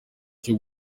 cyo